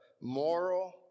moral